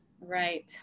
Right